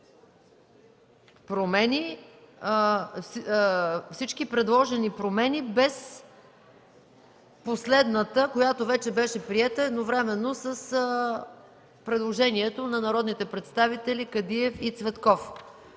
тоест всички предложени промени без последната, която вече беше приета едновременно с предложението на народните представители Кадиев и Цветков.